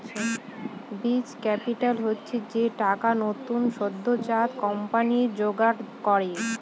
বীজ ক্যাপিটাল হচ্ছে যে টাকা নতুন সদ্যোজাত কোম্পানি জোগাড় করে